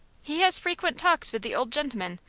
he has frequent talks with the old gentleman.